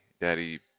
daddy